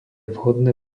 vhodné